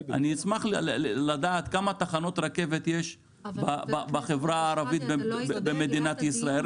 אשמח לדעת כמה תחנות רכבות יש בחברה הערבית במדינת ישראל.